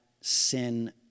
sin